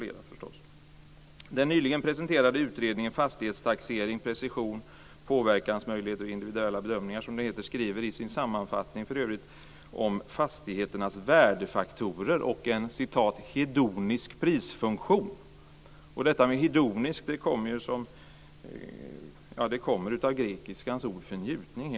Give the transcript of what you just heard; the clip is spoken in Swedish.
I den nyligen presenterade utredningen Fastighetstaxering, precision, påverkansmöjligheter och individuella bedömningar står det i sammanfattningen om fastigheternas värdefaktorer och en "hedonisk prisfunktion". Detta med hedonisk kommer från grekiskans ord för njutning.